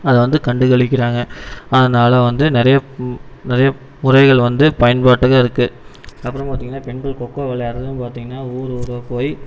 அதை வந்து கண்டு கழிக்கிறாங்க அதனால வந்து நிறையா நிறையா முறைகள் வந்து பயன்பாட்டுக்காக இருக்கு அப்புறம் பார்த்திங்கன்னா பெண்கள் கொக்கோ விளையாடுகிறதும் பார்த்திங்கன்னா ஊர் ஊராக போய்